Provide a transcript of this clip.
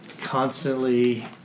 constantly